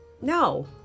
no